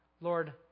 Lord